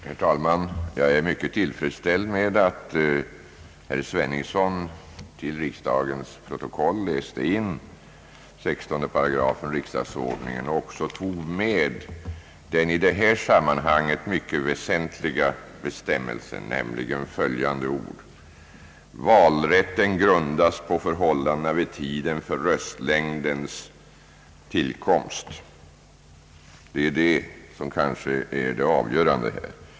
Herr talman! Jag är mycket tillfredsställd med att herr Sveningsson till riksdagens protokoll läste in 8 16 riksdagsordningen och tog med den i detta sammanhang mycket väsentliga bestämmelse som säger att »valrätten grundas på förhållandena vid tiden för röstlängdens tillkomst». Det är kanske det som är det avgörande.